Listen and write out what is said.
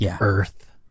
earth